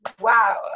wow